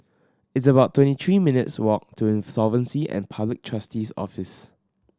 it's about twenty three minutes' walk to Insolvency and Public Trustee's Office